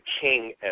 king